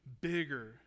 bigger